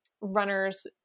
runners